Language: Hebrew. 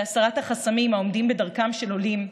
בהסרת החסמים העומדים בדרכם של עולים,